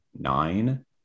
nine